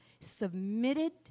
submitted